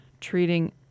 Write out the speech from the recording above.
treating